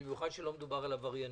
במיוחד שלא מדובר על עבריינים.